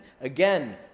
Again